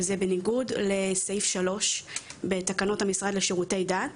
וזה בניגוד לסעיף 3 בתקנות המשרד לשירותי דת,